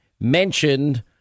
mentioned